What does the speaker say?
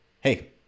hey